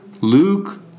Luke